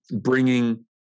bringing